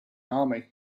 army